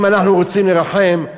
אם אנחנו רוצים לרחם,